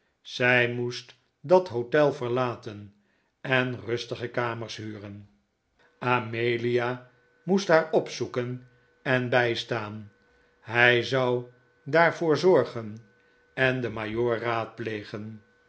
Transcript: zij moest dat hotel verlaten en rustige kamers huren amelia moest haar opzoeken en bijstaan hij zou daar voor zorgen en den